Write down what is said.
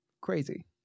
Crazy